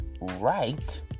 right